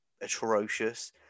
atrocious